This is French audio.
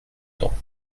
dent